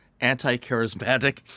anti-charismatic